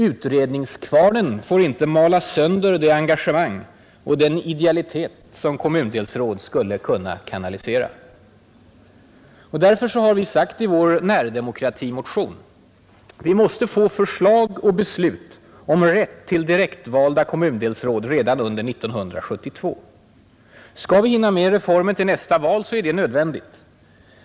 Utredningskvarnen får inte mala sönder det engagemang och den idealitet som kommundelsråd skulle kunna kanalisera. Därför har vi sagt i folkpartiets närdemokratimotion att vi måste få förslag och beslut om rätt till direktvalda kommundelsråd redan under 1972. Skall vi hinna med reformen till nästa val är det nödvändigt.